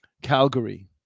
calgary